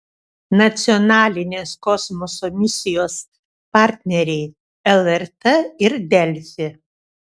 nacionalinės kosmoso misijos partneriai lrt ir delfi